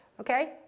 Okay